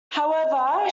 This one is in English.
however